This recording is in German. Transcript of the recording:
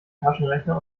taschenrechner